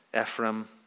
Ephraim